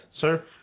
Sir